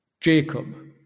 Jacob